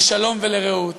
לשלום ולרעות